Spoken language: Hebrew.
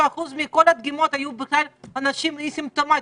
מכול הדגימות היו בכלל של אנשים אסימפטומטיים.